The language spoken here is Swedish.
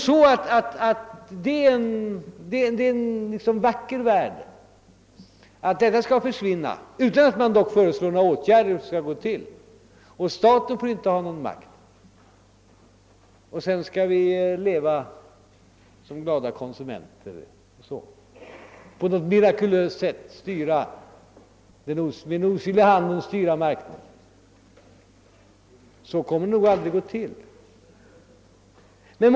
Man vill alltså åstadkomma denna vackra värld utan att föreslå hur det skall gå till — staten får ju inte ha någon makt. Därefter skall vi leva som glada konsumenter och på något mirakulöst sätt med osynlig hand styra marknadsutvecklingen. Så kommer det nog aldrig att gå till.